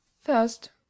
first